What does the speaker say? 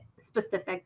specific